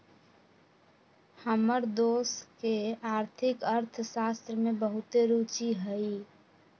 हमर दोस के आर्थिक अर्थशास्त्र में बहुते रूचि हइ